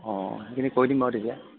অঁ সেইখিনি কৰি দিম বাৰু তেতিয়া